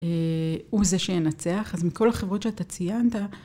הוא זה שינצח, אז מכל החברות שאתה ציינת.